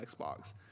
Xbox